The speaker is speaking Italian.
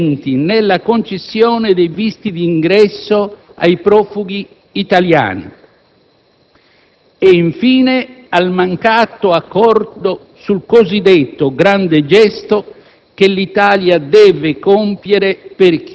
agli ostacoli persistenti nella concessione dei visti di ingresso ai profughi italiani e, infine, al mancato accordo sul cosiddetto grande gesto